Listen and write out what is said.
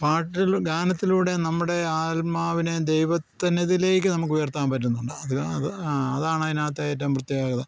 പാട്ടിൽ ഗാനത്തിലൂടെ നമ്മുടെ ആത്മാമാവിനെ ദൈവത്തിൻ്റെ ഇതിലേക്ക് നമക്കുയർത്താൻ പറ്റുന്നുണ്ട് അത് അത് ആ അതാണ് അതിനത്തെ ഏറ്റവും പ്രത്യേകത